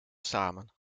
samen